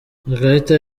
ikarita